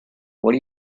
what